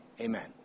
amen